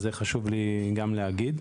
אז זה חשוב לי גם להגיד.